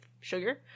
sugar